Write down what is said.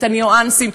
את הניואנסים,